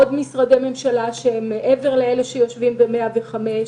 עוד משרדי ממשלה מעבר לאלה שיושבים ב-105,